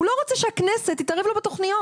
הוא לא רוצה שהכנסת תתערב לו בתוכניות.